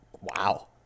wow